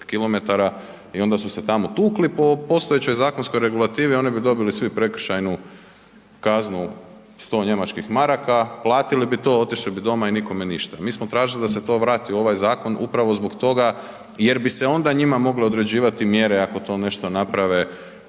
i onda su se tamo tukli. Po postojećoj zakonskoj regulativi, oni bi dobili svi prekršajnu kazni 100 njemačkih maraka, platili bi to, otišli bi doma i nikome ništa. Mi smo tražili da se to vrati u ovaj zakon upravo zbog toga jer bi se onda njima mogle određivati mjere ako to nešto naprave,